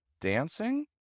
dancing